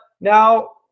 now